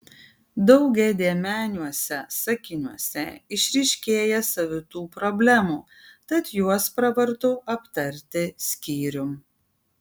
daugiadėmeniuose sakiniuose išryškėja savitų problemų tad juos pravartu aptarti skyrium